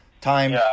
time